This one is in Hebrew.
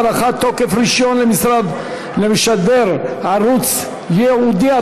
הארכת תוקף רישיון למשדר ערוץ ייעודי),